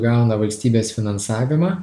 gauna valstybės finansavimą